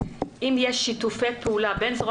לשאלה אם יש שיתופי פעולה בין זרוע